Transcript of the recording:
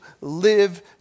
live